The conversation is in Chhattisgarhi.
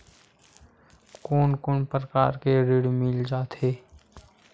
कोन कोन प्रकार के ऋण मिल जाथे?